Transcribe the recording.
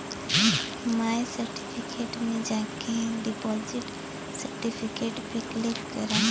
माय certificate में जाके deposit certificate पे क्लिक करा